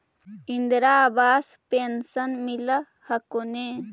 Indira Awas pension मिल हको ने?